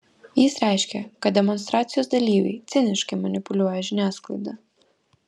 jis reiškė kad demonstracijos dalyviai ciniškai manipuliuoja žiniasklaida